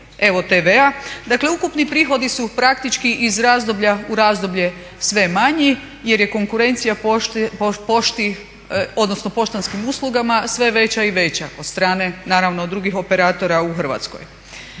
EVO TV-a, dakle ukupni prihodi su praktički iz razdoblja u razdoblje sve manji jer je konkurencija poštanskim uslugama sve veća i veća od strane naravno drugih operatora u Hrvatskoj.